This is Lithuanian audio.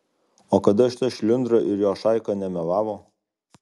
o kada šita šliundra ir jos šaika nemelavo